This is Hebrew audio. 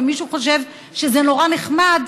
ומישהו חושב שזה נורא נחמד,